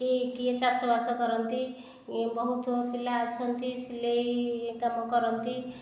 କି କିଏ ଚାଷବାସ କରନ୍ତି ବହୁତ ପିଲା ଅଛନ୍ତି ସିଲେଇ କାମ କରନ୍ତି